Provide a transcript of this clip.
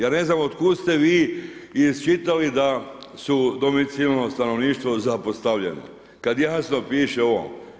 Ja ne znam od kud ste vi iščitali da su domicilno stanovništvo zapostavljeno kada jasno piše u ovom.